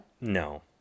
No